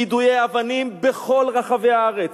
יידויי אבנים בכל רחבי הארץ.